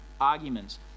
arguments